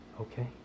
Okay